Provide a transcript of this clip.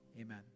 Amen